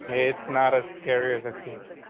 it's not as scary as it seems.